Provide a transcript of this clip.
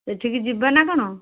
ସେଠିକି ଯିବା ନା କ'ଣ